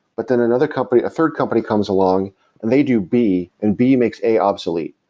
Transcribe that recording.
but then another company, a third company comes along and they do b and b makes a obsolete,